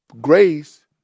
Grace